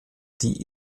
die